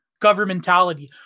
governmentality